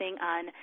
on